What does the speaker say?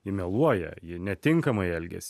ji meluoja ji netinkamai elgiasi